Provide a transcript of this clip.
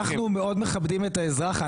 אנחנו מאוד מכבדים את האזרח.